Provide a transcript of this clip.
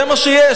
זה מה שיש.